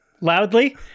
Loudly